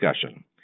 discussion